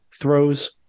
throws